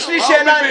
מה הוא מבין?